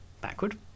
backward